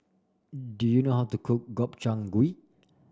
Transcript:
do you know how to cook Gobchang Gui